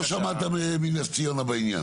לא שמעת מנס ציונה בעניין?